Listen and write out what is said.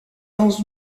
dans